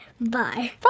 Bye